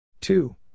two